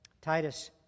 Titus